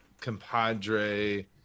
compadre